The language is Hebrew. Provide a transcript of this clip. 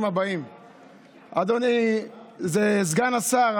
אדוני סגן השר,